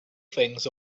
things